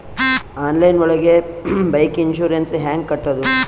Online ಒಳಗೆ bike insurance ಹ್ಯಾಂಗ್ ಕಟ್ಟುದು?